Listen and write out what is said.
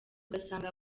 ugasanga